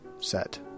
set